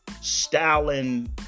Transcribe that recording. Stalin